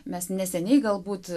mes neseniai galbūt